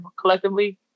collectively